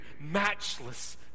matchless